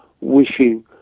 wishing